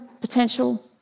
potential